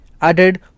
added